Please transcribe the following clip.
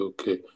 Okay